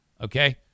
Okay